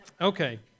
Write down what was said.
Okay